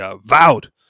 vowed